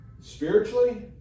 Spiritually